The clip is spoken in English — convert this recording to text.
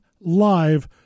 live